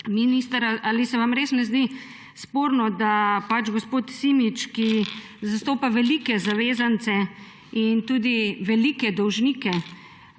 minister, ali se vam res ne zdi sporno, da gospod Simič, ki zastopa velike zavezance in tudi velike dolžnike,